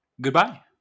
Goodbye